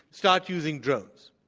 start using drones?